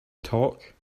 talk